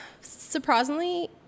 surprisingly